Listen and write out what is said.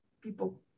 people